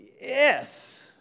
yes